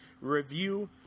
review